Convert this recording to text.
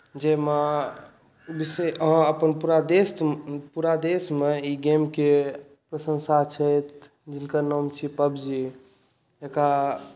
जाहिमे अपन पूरा देश पूरा देशमे ई गेम के प्रशंसा छैक जिनकर नाम छियै पबजी एकरा